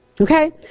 Okay